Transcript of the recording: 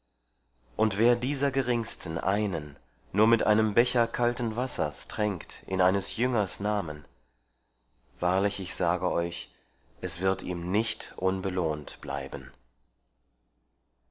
und wer dieser geringsten einen nur mit einem becher kalten wassers tränkt in eines jüngers namen wahrlich ich sage euch es wird ihm nicht unbelohnt bleiben